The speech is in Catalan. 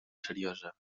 seriosa